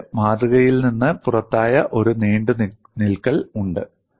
എനിക്ക് മാതൃകയിൽ നിന്ന് പുറത്തായ ഒരു നീണ്ടുനിൽക്കൽ ഉണ്ട്